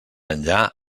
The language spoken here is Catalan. enllà